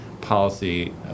policy